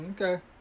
Okay